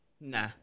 nah